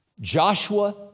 Joshua